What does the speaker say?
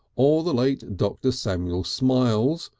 or the late dr. samuel smiles,